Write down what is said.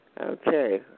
Okay